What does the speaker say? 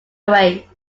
away